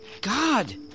God